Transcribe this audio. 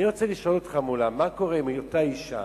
אני רוצה לשאול אותך, מולה, מה קורה אם אותה אשה